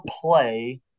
play